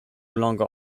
longer